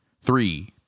Three